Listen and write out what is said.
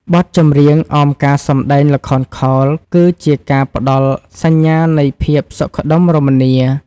បទចម្រៀងអមការសម្ដែងល្ខោនខោល គឺជាការផ្ដល់សញ្ញានៃភាពសុខដុមរមនា។